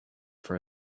for